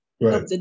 Right